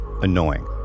annoying